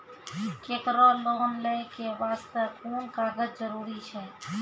केकरो लोन लै के बास्ते कुन कागज जरूरी छै?